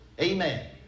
amen